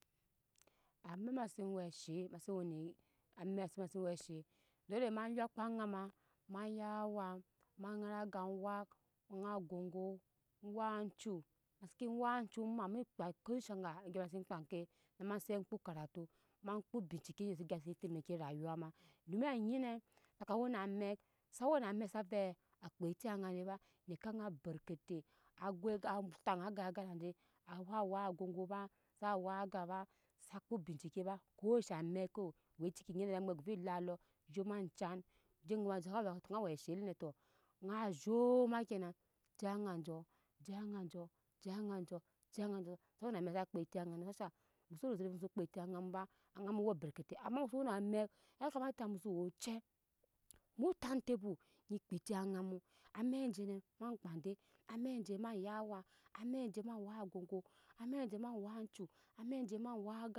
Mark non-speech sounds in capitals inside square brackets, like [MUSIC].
Amɛk mase we ashe ma se wena amɛk mase we she dole ma yukpa aŋa ma ma ya wa ma ŋara aga ma wak ŋa gogo wak cu ma se wak cu ma maa mi kpa ko shaga egya mase kpa ke mama set kpo karato ma kpo biciki ze gya se tɛmaki vaguwa ma domi anyi ne saka wena amɛk sa wena amɛk sa ve a kpa eti aŋa ni ba nike aŋa berke te agoi a taŋa aga gan na je a wa wak agogo ba su wak aga ba sa kpo binciki ba ko she mɛk ko keci nyme mwet ze geve lalo zhoma acen je gawa ju sawu su nyi vetonyi we ashe lene to nya zhoma ke ne je aŋa ju je aŋa ju je aj-a ju je aj-a ju su wena amɛk sa kpa eti əa ni ba se [UNINTELLIGIBLE] kpe eti aŋa muba aŋa mu wu berkete ama muso wena amɛk yaka mata muso wu ocɛ mwu timetebu oŋo kpa eti aŋa mu amɛk jene ma kpa de amɛk ma wak agogo emɛk je ma wak ocu amɛk je ma wak oga